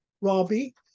Robbie